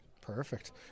Perfect